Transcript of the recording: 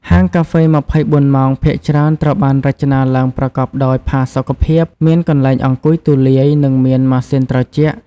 ហាងកាហ្វេ ២៤ ម៉ោងភាគច្រើនត្រូវបានរចនាឡើងប្រកបដោយ ផាសុកភាព មានកន្លែងអង្គុយទូលាយ និងមាន ម៉ាស៊ីនត្រជាក់។